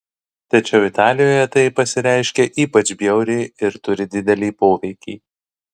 tačiau italijoje tai pasireiškia ypač bjauriai ir turi didelį poveikį